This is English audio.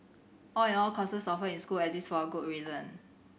all in all courses offered in school exist for a good reason